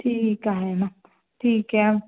ठीक आहे ना ठीक आहे